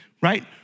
right